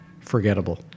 forgettable